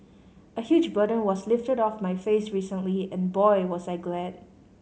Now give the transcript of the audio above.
a huge burden was lifted off my face recently and boy was I glad